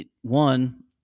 one